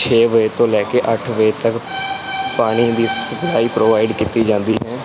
ਛੇ ਵਜੇ ਤੋਂ ਲੈ ਕੇ ਅੱਠ ਵਜੇ ਤੱਕ ਪਾਣੀ ਦੀ ਸਪਲਾਈ ਪ੍ਰੋਵਾਈਡ ਕੀਤੀ ਜਾਂਦੀ ਹੈ